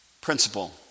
Principle